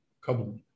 Kabul